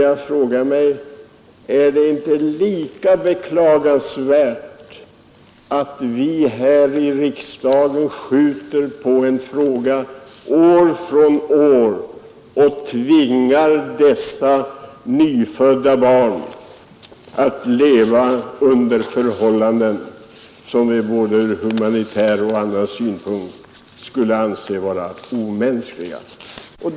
Jag frågar mig då om det inte är lika beklagansvärt att vi här i riksdagen år efter år skjuter på en fråga och på detta sätt tvingar dessa nyfödda barn att leva under förhållanden som ur humanitär synpunkt måste anses vara omänskliga.